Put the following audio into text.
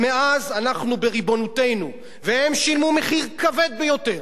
מאז אנחנו בריבונותנו, והם שילמו מחיר כבד ביותר.